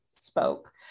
spoke